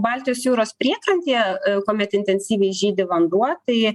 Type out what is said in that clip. baltijos jūros priekrantėje kuomet intensyviai žydi vanduo tai